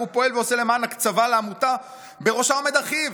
הוא פועל ועושה למען הקצבה לעמותה שבראשה עומד אחיו",